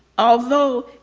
although,